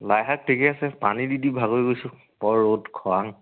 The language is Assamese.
লাইশাক ঠিকে আছে পানী দি দি ভাগৰি গৈছোঁ বৰ ৰ'দ খৰাং